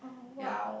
ye